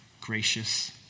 gracious